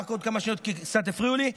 כמה שניות, כי קצת הפריעו לי.